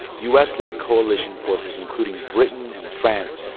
u s led coalition forces, including britain and france,